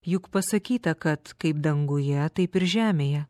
juk pasakyta kad kaip danguje taip ir žemėje